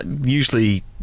usually